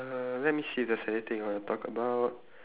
uh let me see if there's anything I want to talk about